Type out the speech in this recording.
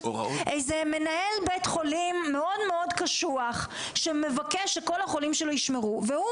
איזה מנהל בית חולים מאוד מאוד קשוח שמבקש שכל החולים שלו ישמרו והוא